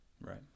Right